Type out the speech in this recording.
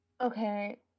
okay